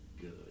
Good